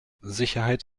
sicherheit